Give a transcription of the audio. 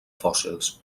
fòssils